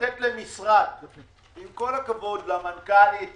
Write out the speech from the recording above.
ואתם כמשרד, עם כל הכבוד למנכ"לית